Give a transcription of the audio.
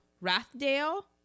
Rathdale